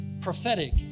prophetic